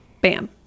Bam